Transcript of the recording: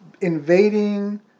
invading